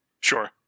Sure